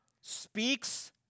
speaks